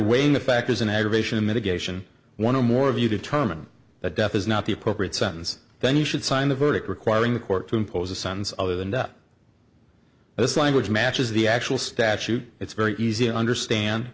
weighing the factors and aggravation mitigation one or more of you determine that death is not the appropriate sentence then you should sign the verdict requiring the court to impose a son's other than that this language matches the actual statute it's very easy to understand